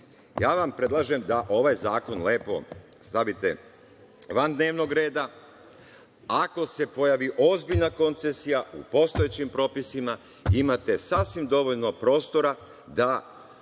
Ja vam predlažem da ovaj zakon lepo stavite van dnevnog reda. Ako se pojavi ozbiljna koncesija u postojećim propisima, imate sasvim dovoljno prostora da